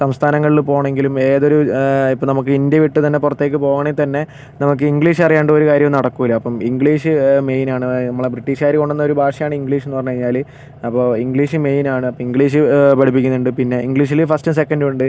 സംസ്ഥാനങ്ങളിൽ പോവണമെങ്കിലും ഏതൊരു ഇപ്പോൾ നമുക്ക് ഇന്ത്യ വിട്ട് തന്നെ പുറത്തേക്ക് പോവണമെങ്കിൽ തന്നെ നമുക്ക് ഇംഗ്ലീഷ് അറിയാണ്ട് ഒരു കാര്യവും നടക്കില്ല അപ്പം ഇംഗ്ലീഷ് മെയിൻ ആണ് നമ്മള ബ്രിട്ടീഷുകാർ കൊണ്ടുവന്ന ഒരു ഭാഷയാണ് ഇംഗ്ലീഷ് എന്ന് പറഞ്ഞ് കഴിഞ്ഞാൽ അപ്പോൾ ഇംഗ്ലീഷ് മെയിൻ ആണ് അപ്പോൾ ഇംഗ്ലീഷ് പഠിപ്പിക്കുന്നുണ്ട് പിന്നെ ഇംഗ്ലീഷിൽ ഫസ്റ്റും സെക്കന്റും ഉണ്ട്